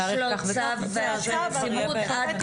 יש לו צימוד עד כך וכך.